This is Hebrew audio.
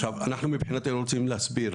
אנחנו רוצים להסביר,